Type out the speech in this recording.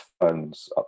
phones